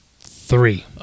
Three